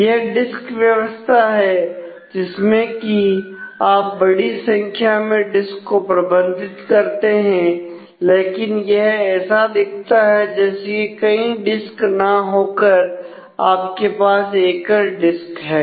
यह डिस्क व्यवस्था है जिसमें आप बड़ी संख्या में डिस्क को प्रबंधित करते हैं लेकिन यह ऐसा दिखता है जैसे कि कई डिस्क ना होकर आपके पास एक एकल डिस्क है